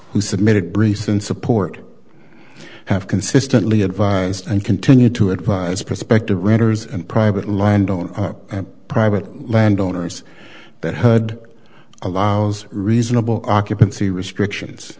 who submitted briefs and support have consistently advised and continue to advise prospective renters and private land on private land owners that heard allows reasonable occupancy restrictions